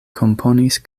komponis